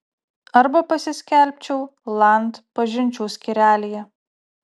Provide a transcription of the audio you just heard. arba pasiskelbčiau land pažinčių skyrelyje